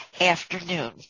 afternoon